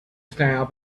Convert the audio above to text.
style